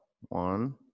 One